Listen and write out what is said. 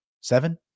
seven